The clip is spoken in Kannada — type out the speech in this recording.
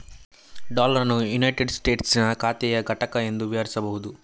ಡಾಲರ್ ಅನ್ನು ಯುನೈಟೆಡ್ ಸ್ಟೇಟಸ್ಸಿನ ಖಾತೆಯ ಘಟಕ ಎಂದು ವಿವರಿಸಬಹುದು